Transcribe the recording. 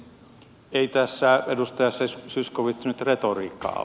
ei tässä edustaja zyskowicz nyt retoriikka auta